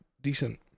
decent